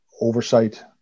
oversight